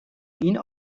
این